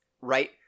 right